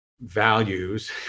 values